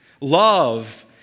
Love